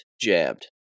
jabbed